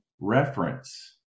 reference